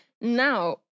Now